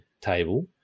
table